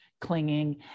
clinging